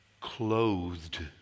clothed